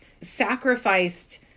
sacrificed